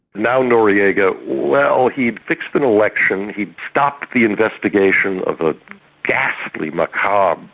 now noriega, well he'd fixed an election, he'd stopped the investigation of a ghastly, macabre,